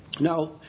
Now